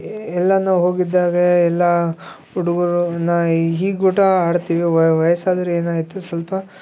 ಎಲ್ಲಾನ ಹೋಗಿದ್ದಾಗೇ ಎಲ್ಲಾ ಹುಡುಗುರುನ ಈ ಹೀಗೂಟ ಆಡ್ತೀವಿ ವಯಸ್ಸಾದವ್ರು ಏನಾಯಿತು ಸ್ವಲ್ಪ